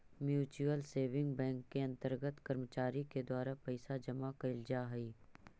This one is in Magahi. म्यूच्यूअल सेविंग बैंक के अंतर्गत कर्मचारी के द्वारा पैसा जमा कैल जा हइ